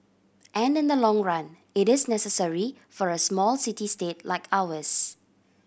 and in the long run it is necessary for a small city state like ours